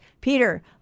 Peter